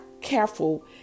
careful